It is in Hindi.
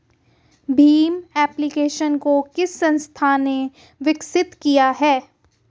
भीम एप्लिकेशन को किस संस्था ने विकसित किया है?